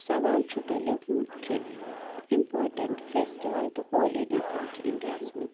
سَوال چھُ تۄہہِ لیٚوکھمُت کہِ امپارٹیٚنٛٹ فٮ۪سٹِول تہٕ ہولی ڈے کٕم چھِ اِنڈِیا ہس منٛز